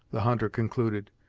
the hunter concluded.